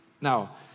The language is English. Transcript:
Now